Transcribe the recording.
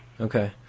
Okay